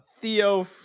Theo